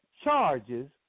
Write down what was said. charges